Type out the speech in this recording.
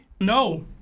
No